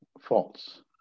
false